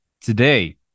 today